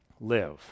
live